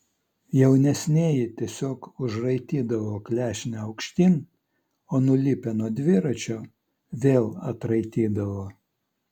jaunesnieji tiesiog užraitydavo klešnę aukštyn o nulipę nuo dviračio vėl atraitydavo